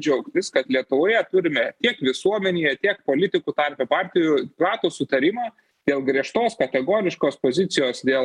džiaugtis kad lietuvoje turime tiek visuomenėje tiek politikų tarpe partijų platų sutarimą dėl griežtos kategoriškos pozicijos dėl